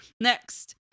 Next